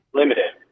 limited